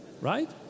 right